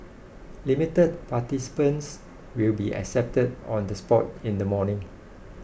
limited participants will be accepted on the spot in the morning